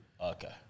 Okay